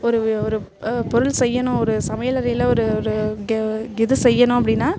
ஒரு ஒரு பொருள் செய்யணும் ஒரு சமையலறையில் ஒரு ஒரு இது செய்யணும் அப்படினா